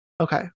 Okay